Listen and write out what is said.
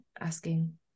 asking